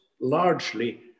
largely